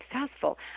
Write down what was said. successful